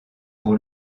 pour